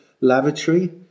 lavatory